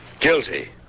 guilty